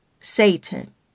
Satan